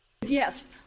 Yes